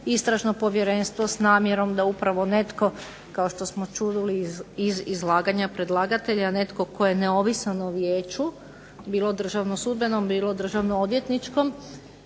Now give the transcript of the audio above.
Istražno povjerenstvo s namjerom da upravo netko kao što smo čuli iz izlaganja predlagatelja netko tko je neovisan o Vijeću bilo Državno sudbeno, bilo Državno odvjetničkom.